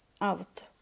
out